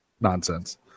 Nonsense